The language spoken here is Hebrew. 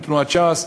עם תנועת ש"ס,